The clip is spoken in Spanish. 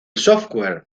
software